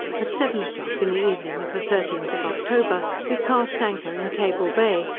at seven o'clock in the evening of the thirteenth of october, we cast anchor in table bay,